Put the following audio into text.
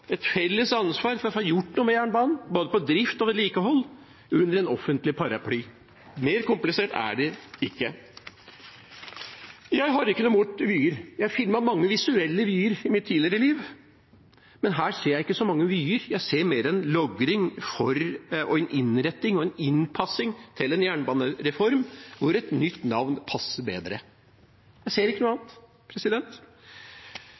et felles ansvar, for å få gjort noe med jernbanen, både på drift og vedlikehold, under en offentlig paraply. Mer komplisert er det ikke. Jeg har ikke noe imot vyer. Jeg har filmet mange visuelle vyer i mitt tidligere liv, men her ser jeg ikke så mange vyer. Jeg ser mer en logring, en innretning og en innpassing til en jernbanereform hvor et nytt navn passer bedre. Jeg ser ikke noe